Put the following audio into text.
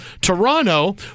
Toronto